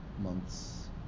months